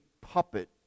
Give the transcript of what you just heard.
puppet